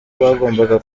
bagomba